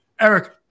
Eric